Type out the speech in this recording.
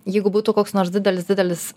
jeigu būtų koks nors didelis didelis